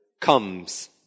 comes